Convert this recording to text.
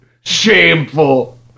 Shameful